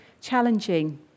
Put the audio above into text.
challenging